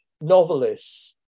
novelists